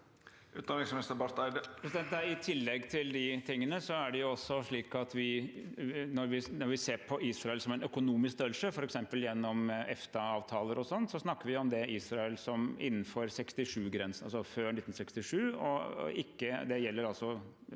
I til- legg til de tingene er det også slik at når vi ser på Israel som en økonomisk størrelse, f.eks. gjennom EFTA-avtaler og sånn, snakker vi om Israel innenfor 1967-grensene, altså før 1967. Vi skal